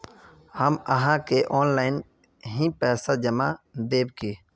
हम आहाँ के ऑनलाइन ही पैसा जमा देब की?